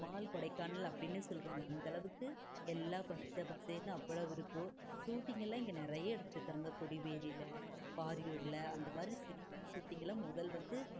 small Kodaikanal அப்படினே சொல்லுவாங்க அந்தளவுக்கு எல்லாம் பச்சை பசேர்னு அவ்வளவு இருக்கும் சூட்டிங்கெல்லாம் இங்கே நிறைய எடுத்துருக்காங்க கொடிவேரியில பாரியூரில் அந்த மாதிரி சினிமா சூட்டிங்கெல்லாம் முதல் வந்து